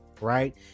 right